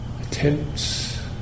attempts